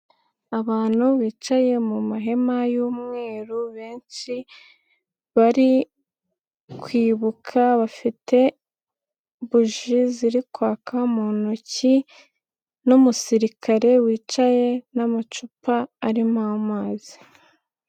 Abantu bicaye mu mahema y'umweru benshi, bari kwibuka, bafite buje ziri kwaka mu ntoki, n'umusirikare wicaye, n'amacupa arimo amazi.